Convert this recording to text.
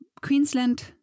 Queensland